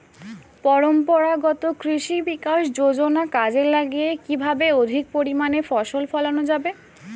পরম্পরাগত কৃষি বিকাশ যোজনা কাজে লাগিয়ে কিভাবে অধিক পরিমাণে ফসল ফলানো যাবে?